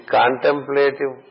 contemplative